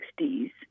1960s